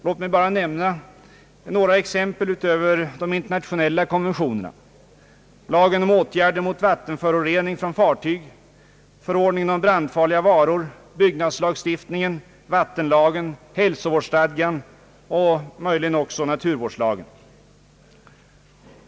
Låt mig bara nämna några exempel utöver de internationella konventionerna: lagen om åtgärder mot vattenförorening från fartyg, förordningen om brandfarliga varor, byggnadslagstiftningen, vattenlagen, hälsovårdsstadgan och naturvårdslagen.